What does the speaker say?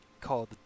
called